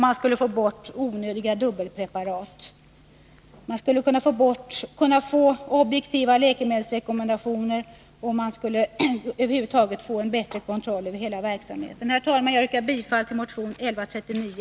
Man skulle kunna få bort onödiga dubbelpreparat, få objektiva läkemedelsrekommendationer och en bättre kontroll över huvud taget av hela verksamheten. Herr talman! Jag yrkar bifall till motion 1139.